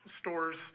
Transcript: stores